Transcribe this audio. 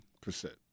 percent